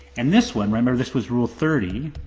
and this one, remember this was rule thirty.